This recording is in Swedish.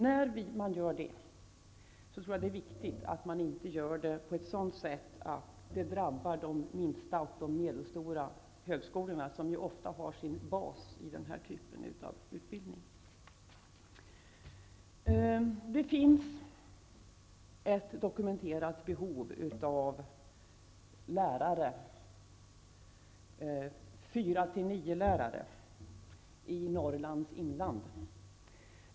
När man gör detta är det viktigt att det inte sker på ett sådant sätt att det drabbar de små och medelstora högskolorna, vilka ju ofta har sin bas i den här typen av utbildning. Det finns ett dokumenterat behov av 4--9-lärare i Norrlands inland.